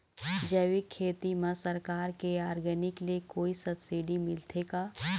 जैविक खेती म सरकार के ऑर्गेनिक ले कोई सब्सिडी मिलथे का?